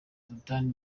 sultan